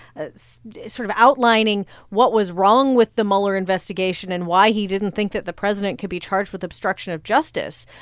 ah so sort of outlining what was wrong with the mueller investigation and why he didn't think that the president could be charged with obstruction of justice,